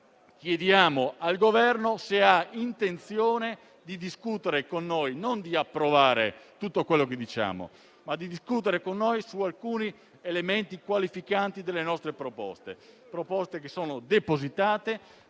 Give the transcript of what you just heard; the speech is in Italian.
chiediamo al Governo se ha intenzione di discutere con noi (non di approvare tutto quello che diciamo, ma - lo ripeto - di discutere) su alcuni elementi qualificanti delle nostre proposte, che sono depositate